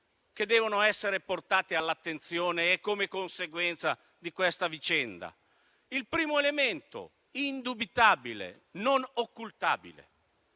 che devono essere portati all'attenzione come esito di questa vicenda. Il primo elemento indubitabile e non occultabile